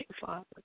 Father